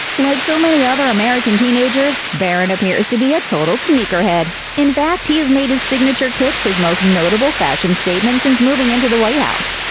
like so many other american teenagers, barron appears to be a total sneakerhead. in fact, he has made his signature kicks his most notable fashion statement since moving into the white house.